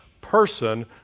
person